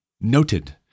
noted